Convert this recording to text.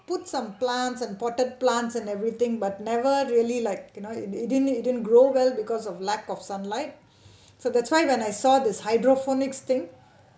put some plants and potted plants and everything but never really like you know it didn't it didn't grow well because of lack of sunlight so that's why when I saw this hydroponics thing